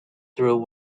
through